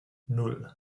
nan